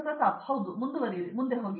ಪ್ರತಾಪ್ ಹರಿದಾಸ್ ಹೌದು ಮುಂದುವರಿಯಿರಿ ಮುಂದೆ ಹೋಗಿ